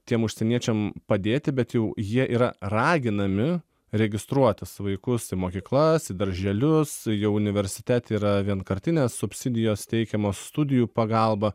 tiem užsieniečiam padėti bet jau jie yra raginami registruotis vaikus į mokyklas į darželius jau universitete yra vienkartinės subsidijos teikiamos studijų pagalba